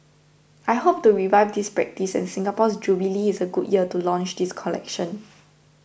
I hope to revive this practice and Singapore's jubilee is a good year to launch this collection